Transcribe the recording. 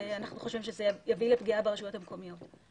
אנחנו חושבים שזה יביא לפגיעה ברשויות המקומיות.